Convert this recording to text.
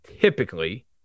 typically